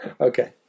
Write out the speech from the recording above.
Okay